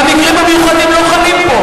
והמקרים המיוחדים לא חלים פה.